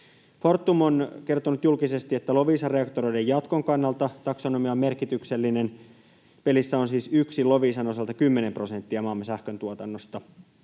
Fortum on kertonut julkisesti, että Loviisan reaktoreiden jatkon kannalta taksonomia on merkityksellinen. Pelissä on siis yksin Loviisan osalta 10 prosenttia maamme sähkön tuotannosta.